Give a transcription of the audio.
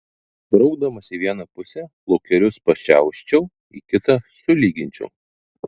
braukdamas į vieną pusę plaukelius pašiauščiau į kitą sulyginčiau